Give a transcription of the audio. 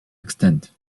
extent